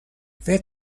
فکر